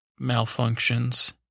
malfunctions